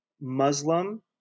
Muslim